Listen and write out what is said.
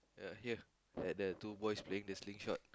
ya here at the two boys playing the slingshot